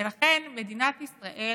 ולכן, מדינת ישראל